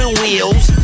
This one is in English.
wheels